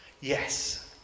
Yes